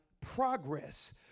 progress